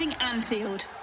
Anfield